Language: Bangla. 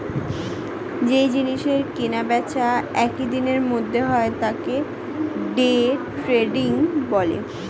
যেই জিনিসের কেনা বেচা একই দিনের মধ্যে হয় তাকে ডে ট্রেডিং বলে